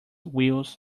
wheels